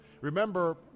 Remember